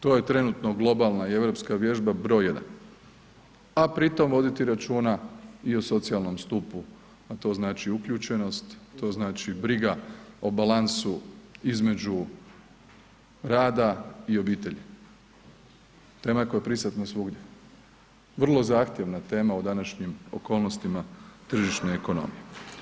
To je trenutno globalna i europska vježba broj jedan, a pri tom voditi računa i o socijalnom stupu, a to znači uključenost, to znači briga o balansu između rada i obitelji, tema koja je prisutna svugdje, vrlo zahtjevna tema u današnjim okolnostima tržišne ekonomije.